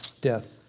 death